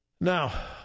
Now